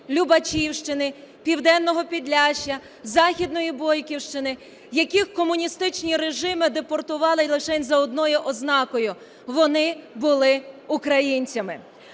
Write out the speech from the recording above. Любачівщини, Південного Підляшшя, Західної Бойківщини, яких комуністичний режими депортував лишень за одною ознакою – вони були українцями.